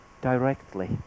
directly